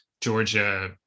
Georgia